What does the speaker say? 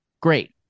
Great